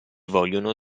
vogliono